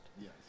Yes